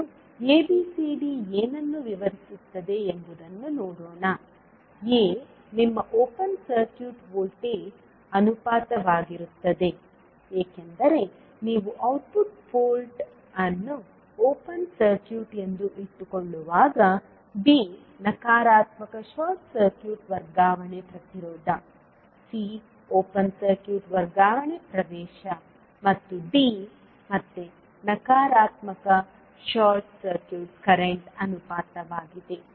ಮೊದಲು ABCD ಏನನ್ನು ವಿವರಿಸುತ್ತದೆ ಎಂಬುದನ್ನು ನೋಡೋಣ ಎ ನಿಮ್ಮ ಓಪನ್ ಸರ್ಕ್ಯೂಟ್ ವೋಲ್ಟೇಜ್ ಅನುಪಾತವಾಗಿರುತ್ತದೆ ಏಕೆಂದರೆ ನೀವು ಔಟ್ಪುಟ್ ಪೋರ್ಟ್ ಅನ್ನು ಓಪನ್ ಸರ್ಕ್ಯೂಟ್ ಎಂದು ಇಟ್ಟುಕೊಳ್ಳುವಾಗ B ನಕಾರಾತ್ಮಕ ಶಾರ್ಟ್ ಸರ್ಕ್ಯೂಟ್ ವರ್ಗಾವಣೆ ಪ್ರತಿರೋಧ C ಓಪನ್ ಸರ್ಕ್ಯೂಟ್ ವರ್ಗಾವಣೆ ಪ್ರವೇಶ ಮತ್ತು D ಮತ್ತೆ ನಕಾರಾತ್ಮಕ ಶಾರ್ಟ್ ಸರ್ಕ್ಯೂಟ್ ಕರೆಂಟ್ ಅನುಪಾತವಾಗಿದೆ